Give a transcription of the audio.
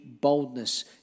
boldness